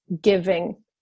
giving